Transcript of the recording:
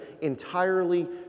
entirely